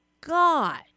God